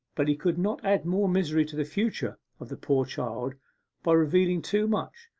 but he could not add more misery to the future of the poor child by revealing too much.